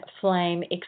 flame